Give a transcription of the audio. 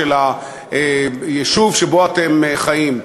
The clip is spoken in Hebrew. של היישוב שבו אתם חיים.